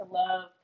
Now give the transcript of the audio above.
love